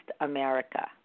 America